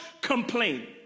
complain